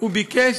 בבקשה.